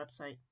website